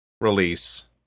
release